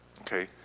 Okay